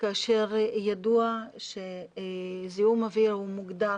מה גם שידוע שזיהום אוויר מוגדר